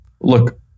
Look